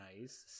nice